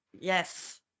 Yes